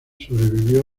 sobrevivió